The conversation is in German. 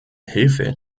hilfe